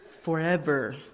forever